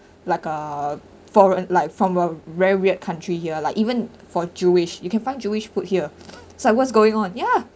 like a foreign like from a very weird country here like even for jewish you can find jewish food here it's like what's going on ya